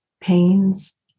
Pains